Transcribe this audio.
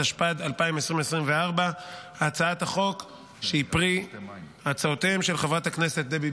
בעקבות דיון מהיר בהצעתם של חברי הכנסת ולדימיר